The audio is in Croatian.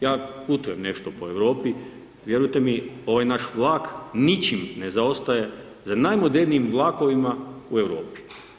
Ja putujem nešto po Europi, vjerujte mi ovaj naš vlak ničim ne zaostaje za najmodernijim vlakovima u Europi.